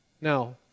Now